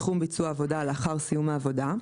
בתחום ביצוע העבודה לאחר סיום העבודה.